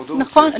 נכון.